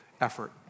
effort